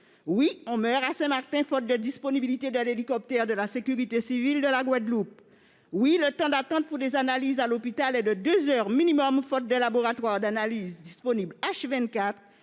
Oui, on meurt à Saint-Martin faute de disponibilité d'un hélicoptère de la sécurité civile de la Guadeloupe ! Oui, le temps d'attente pour des analyses à l'hôpital est de deux heures au minimum, faute de laboratoire disponible 24